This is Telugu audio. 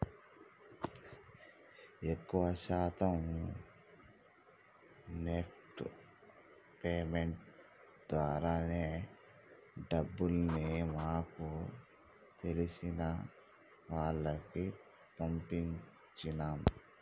ఎక్కువ శాతం నెఫ్ట్ పేమెంట్స్ ద్వారానే డబ్బుల్ని మాకు తెలిసిన వాళ్లకి పంపించినం